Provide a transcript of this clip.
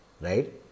Right